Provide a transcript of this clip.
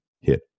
Hit